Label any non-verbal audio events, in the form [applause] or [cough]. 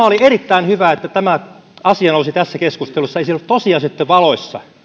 [unintelligible] oli erittäin hyvä että tämä asia nousi tässä keskustelussa esille tosiasioitten valossa